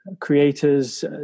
creators